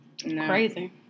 crazy